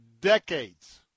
Decades